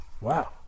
Wow